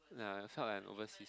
yeah I felt like I'm overseas